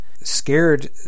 scared